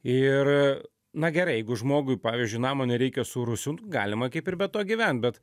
ir na gerai jeigu žmogui pavyzdžiui namo nereikia su rūsiu galima kaip ir be to gyvent bet